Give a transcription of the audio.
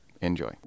Enjoy